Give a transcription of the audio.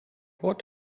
what